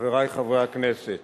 חברי חברי הכנסת,